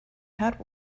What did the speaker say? had